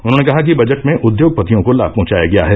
उन्होंने कहा कि बजट में उद्योगपतियों को लाभ पहुंचाया गया है